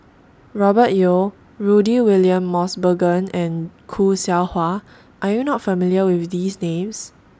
Robert Yeo Rudy William Mosbergen and Khoo Seow Hwa Are YOU not familiar with These Names